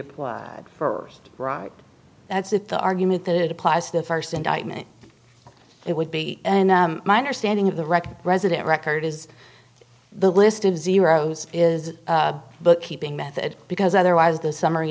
applied for right that's it the argument that it applies the first indictment it would be and my understanding of the record resident record is the list of zeroes is bookkeeping method because otherwise the summary